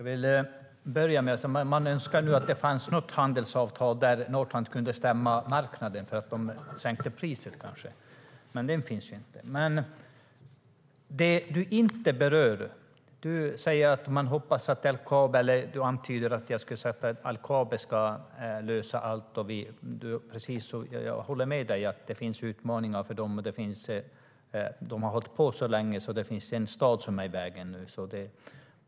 Herr talman! Man önskar att det fanns ett handelsavtal där Northland kunde stämma marknaden för att den sänkte priset, men det finns det inte. Du antyder, Mikael Damberg, att jag skulle ha sagt att LKAB ska lösa allt, men jag håller med dig; de har utmaningar. De har hållit på så länge att det nu finns en stad som är i vägen.